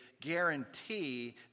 guarantee